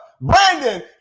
Brandon